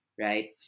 right